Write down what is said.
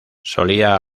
solía